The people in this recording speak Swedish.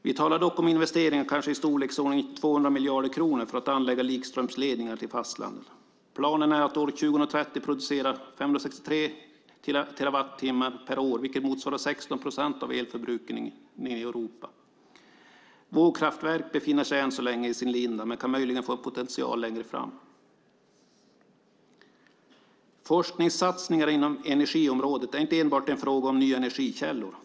Vi talar dock om investeringar på i storleksordningen 200 miljarder kronor för att anlägga likströmsledningar till fastlandet. Planerna är att år 2030 producera 563 terawattimmar per år, vilket motsvarar 16 procent av elförbrukningen i Europa. Vågkraftverk befinner sig än så länge i sin linda men kan möjligen få en potential längre fram. Forskningssatsningar inom energiområdet är inte enbart en fråga om nya energikällor.